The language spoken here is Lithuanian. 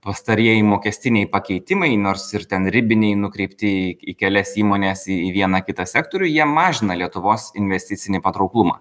pastarieji mokestiniai pakeitimai nors ir ten ribiniai nukreipti į kelias įmones į vieną kitą sektorių jie mažina lietuvos investicinį patrauklumą